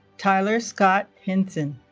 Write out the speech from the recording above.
tyler scott henson